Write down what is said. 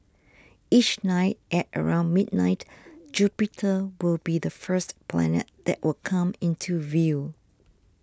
each night at around midnight Jupiter will be the first planet that will come into view